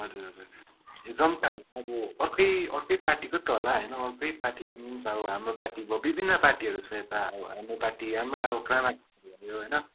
हजुर हजुर यो जनताहरू त अब अर्कै अर्कै पार्टीको त होला होइन अर्कै पार्टी हाम्रो पार्टी भयो विभिन्न पार्टीहरू छ यता हाम्रै अब क्रामाकपा होइन